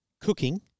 cooking